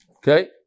Okay